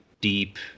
deep